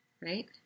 right